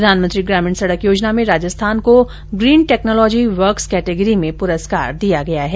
प्रधानमंत्री ग्रामीण सड़क योजना में राजस्थान को ग्रीन र्टेक्नोलॉजी वर्क्स कैटेगरी में पुरस्कार दिया गया है